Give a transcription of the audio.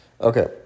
Okay